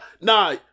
nah